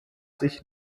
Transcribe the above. sich